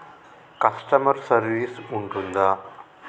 Customer service ఉంటుందా?